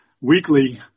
weekly